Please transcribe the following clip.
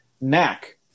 Knack